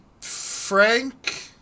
Frank